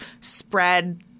spread